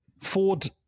ford